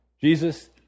Jesus